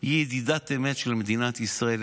היא ידידת אמת של מדינת ישראל.